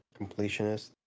completionist